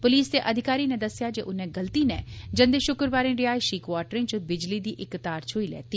पुलस दे अधिकारी नै दस्सेआ जे उन्नै गलती नै जंदे षुक्रवारें रिहायषी क्वाटरें च बिजली दी इक तार छुई लैती